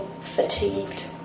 fatigued